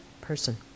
person